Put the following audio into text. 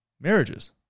marriages